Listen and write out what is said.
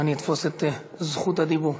ואני אקח את זכות הדיבור.